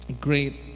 great